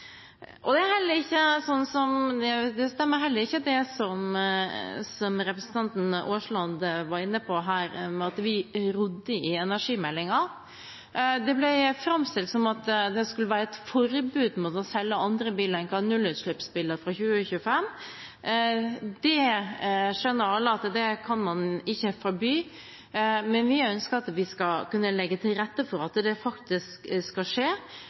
Det stemmer heller ikke, det som representanten Aasland var inne på, at vi rodde i energimeldingen. Det ble framstilt som om det skulle være et forbud mot å selge andre biler enn nullutslippsbiler fra 2025. Det skjønner alle at man ikke kan forby. Men vi ønsker å kunne legge til rette for at det faktisk skal skje,